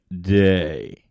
Day